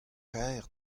kaer